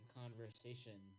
conversation